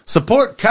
Support